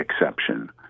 exception